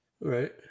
Right